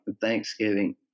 Thanksgiving